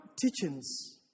teachings